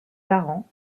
parents